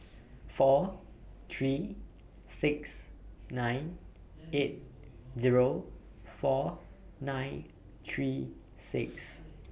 four three six nine eight Zero four nine three six